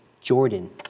Jordan